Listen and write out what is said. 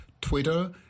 Twitter